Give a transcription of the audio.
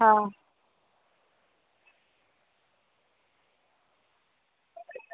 હા